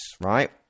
Right